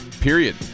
period